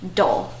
dull